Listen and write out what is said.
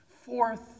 fourth